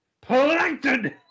plankton